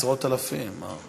עשרות-אלפים, מה.